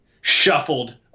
shuffled